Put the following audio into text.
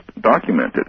documented